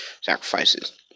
sacrifices